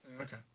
Okay